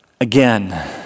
again